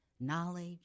knowledge